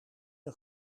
een